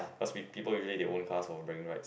cause p~ people usually they own cars for bragging rights